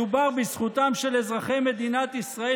מדובר בזכותם של אזרחי מדינת ישראל